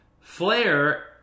Flair